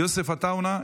יוסף עטאונה,